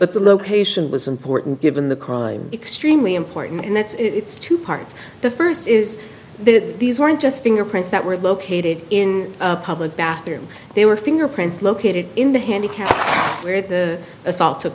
but the location was important given the crime extremely important and that's it it's two parts the first is that these weren't just fingerprints that were located in a public bathroom they were fingerprints located in the handicapped where the assault took